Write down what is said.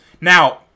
now